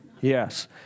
Yes